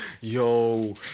Yo